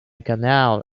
canal